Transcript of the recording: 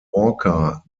walker